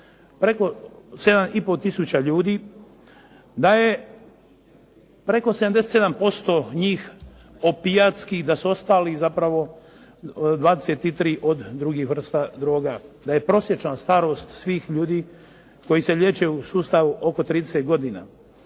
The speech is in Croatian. preko 7 i pol tisuća ljudi, da je preko 77% njih opijatskih, da su ostali zapravo 23 od drugih vrsta droga, da je prosječna starost svih ljudi koji se liječe u sustavu oko 30 godina.